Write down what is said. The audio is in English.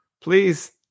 please